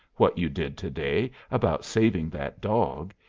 what you did to-day about saving that dog.